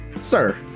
sir